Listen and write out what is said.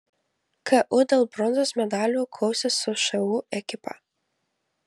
ku dėl bronzos medalių kausis su šu ekipa